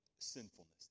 Sinfulness